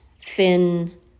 thin